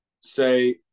say